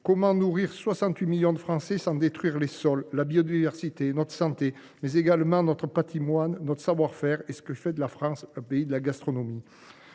Comment nourrir 68 millions de Français sans détruire les sols, la biodiversité, notre santé, mais également notre patrimoine, notre savoir faire et ce qui fait de la France le pays de la gastronomie ?